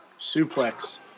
suplex